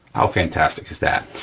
how fantastic is that?